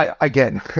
again